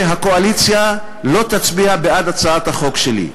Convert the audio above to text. שהקואליציה לא תצביע בעד הצעת החוק שלי.